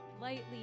lightly